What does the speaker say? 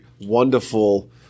wonderful